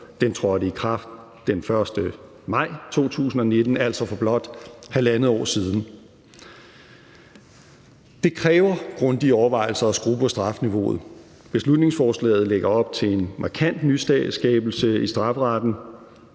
Den trådte i kraft den 1. maj 2019, altså for blot halvandet år siden. Kl. 14:13 Det kræver grundige overvejelser at skrue på strafniveauet. Beslutningsforslaget lægger op til en markant nyskabelse i strafferetten,